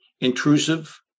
intrusive